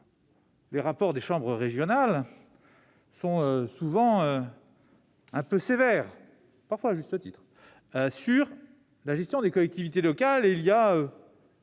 Les rapports des chambres régionales sont souvent quelque peu sévères, parfois à juste titre, avec la gestion des collectivités locales.